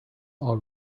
are